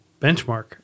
benchmark